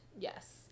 Yes